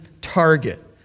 target